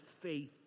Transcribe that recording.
faith